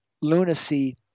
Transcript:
lunacy